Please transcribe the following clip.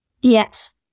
Yes